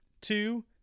two